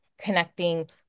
connecting